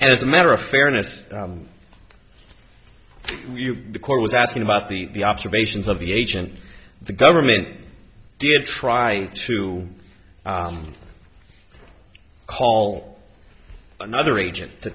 and as a matter of fairness the court was asking about the the observations of the agent the government did try to call another agent to